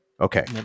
Okay